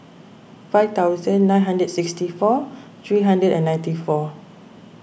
five thousand nine hundred and sixty four three hundred and ninety four